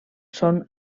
són